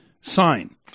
sign